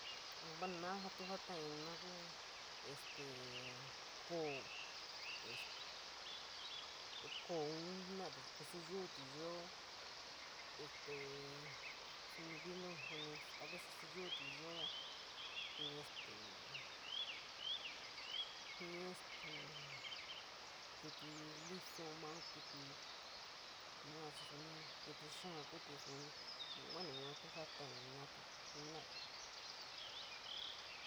Buuno, naa jaa tu jafoina kuu este koo es, koosun jenorati, pues seyuutí yoo astee sonií viloo a vees sí juu’tu yoo, este jií este ññi luso’una kii yuu chií sonií este xòti kooti soni, buuno yuu tu jafoina te jenorati.